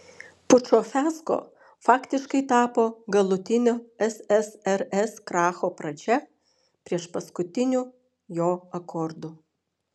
pučo fiasko faktiškai tapo galutinio ssrs kracho pradžia priešpaskutiniu jo akordu